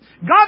God